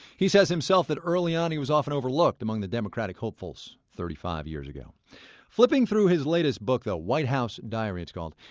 he says himself that early on, he was often overlooked among the democratic hopefuls thirty five years ago flipping through his latest book, white house diary it's called,